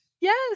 Yes